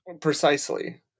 precisely